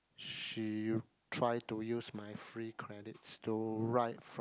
she try to use my free credits to ride from